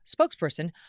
spokesperson